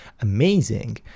amazing